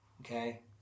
okay